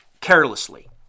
Carelessly